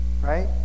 right